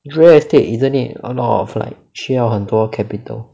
real estate isn't it a lot of like 需要很多 capital